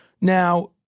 Now